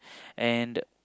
and